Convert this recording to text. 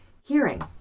hearing